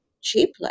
cheaply